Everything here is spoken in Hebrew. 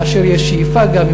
ויש שאיפה גם,